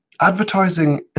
advertising